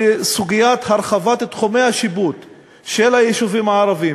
שסוגיית הרחבת תחומי השיפוט של היישובים הערביים